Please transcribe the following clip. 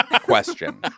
question